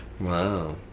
wow